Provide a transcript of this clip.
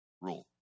rule